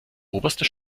oberste